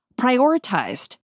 prioritized